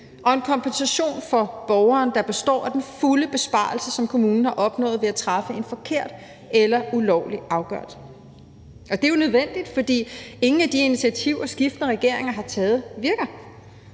og en kompensation til borgeren, der består af den fulde besparelse, som kommunen har opnået ved at træffe en forkert eller ulovlig afgørelse. Det er jo nødvendigt, fordi ingen af de initiativer, skiftende regeringer har taget, virker